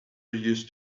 used